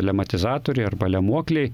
lematizatoriai arba lemuokliai